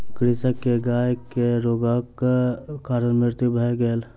कृषक के गाय के रोगक कारण मृत्यु भ गेल